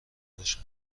باشن